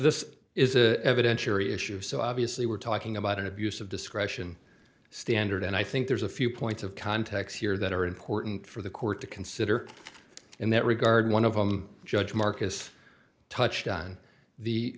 this is a evidentiary issues so obviously we're talking about an abuse of discretion standard and i think there's a few points of context here that are important for the court to consider in that regard one of them judge marcus touched on the